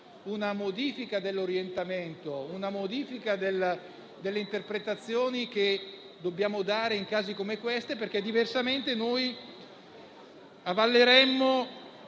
una modifica dell'orientamento e delle interpretazioni che dobbiamo dare in casi come questi, perché diversamente avalleremmo